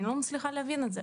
אני לא מצליחה להבין את זה.